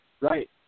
Right